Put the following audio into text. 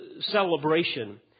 celebration